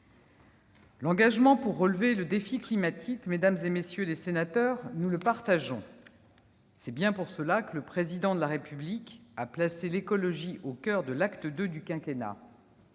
L'engagement pour relever le défi climatique, mesdames, messieurs les sénateurs, nous le partageons. C'est bien pourquoi le Président de la République a placé l'écologie au coeur de l'acte II du quinquennat.